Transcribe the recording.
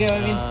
ah